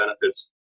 Benefits